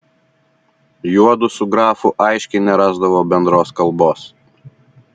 juodu su grafu aiškiai nerasdavo bendros kalbos